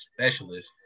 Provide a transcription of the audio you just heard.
specialist